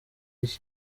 iyi